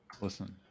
Listen